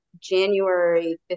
January